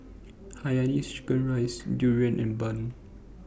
Hainanese Chicken Rice Durian and Bun